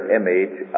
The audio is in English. image